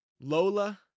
Lola